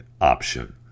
option